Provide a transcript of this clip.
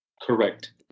Correct